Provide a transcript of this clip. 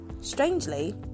strangely